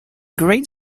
great